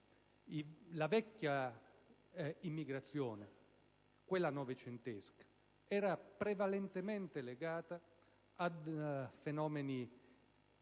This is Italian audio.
La vecchia immigrazione, quella novecentesca, era prevalentemente legata a fenomeni